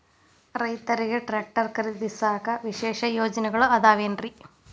ರೈತರಿಗೆ ಟ್ರ್ಯಾಕ್ಟರ್ ಖರೇದಿಸಾಕ ವಿಶೇಷ ಯೋಜನೆಗಳು ಅದಾವೇನ್ರಿ?